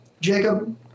Jacob